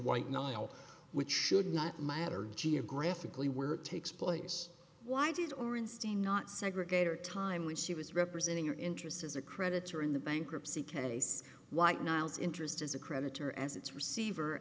white naleo which should not matter geographically where it takes place why did orenstein not segregate or time when she was representing your interest as a creditor in the bankruptcy case white niall's interest as a creditor as its receiver